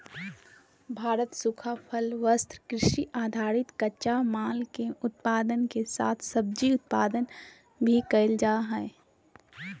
भारत सूखा फल, वस्त्र, कृषि आधारित कच्चा माल, के उत्पादन के साथ सब्जी उत्पादन भी कैल जा हई